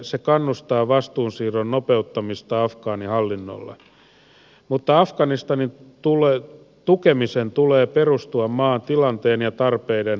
se kannustaa vastuunsiirron nopeuttamista afgaani hallinnolle mutta afganistanin tukemisen tulee perustua maan tilanteen ja tarpeiden huomioon ottamiseen